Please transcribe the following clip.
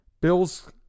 Bill's